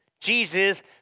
Jesus